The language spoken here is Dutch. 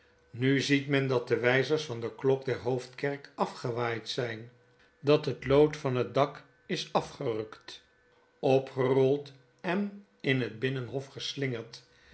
nu ziet men dat de wijzers van deklok der hoofdkerk afgewaaid zijn dat het lood van het dak is afgerukt opgerold en in het binnenhof geslingerd